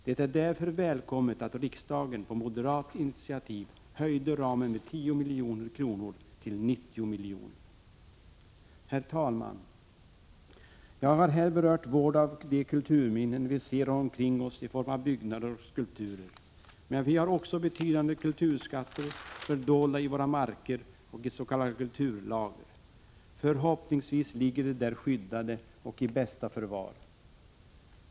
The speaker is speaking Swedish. Det är därför välkommet att riksdagen på moderat initiativ höjde ramen med 10 milj.kr. till 90 miljoner. Herr talman! Jag har berört vård av de kulturminnen vi ser omkring oss i form av byggnader och skulpturer. Men vi har också betydande kulturskatter fördolda i våra marker och i s.k. kulturlager. Förhoppningsvis ligger de där skyddade och i bästa förvar.